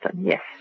yes